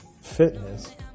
fitness